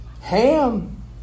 ham